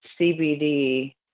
CBD